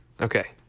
Okay